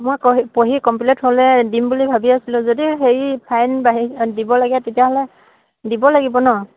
মই কঢ়ি পঢ়ি কমপ্লেট হ'লে দিম বুলি ভাবি আছিলোঁ যদি হেৰি ফাইন বাঢ়ি দিব লাগে তেতিয়াহ'লে দিব লাগিব নহ্